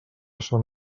són